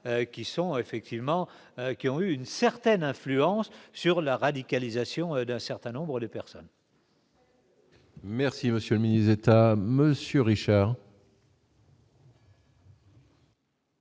qui ont une certaine influence sur la radicalisation d'un certain nombre de personnes. Merci monsieur misait à monsieur Richard.